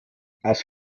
aus